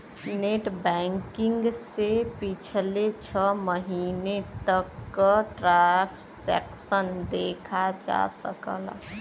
net banking से पिछले छः महीने तक क ट्रांसैक्शन देखा जा सकला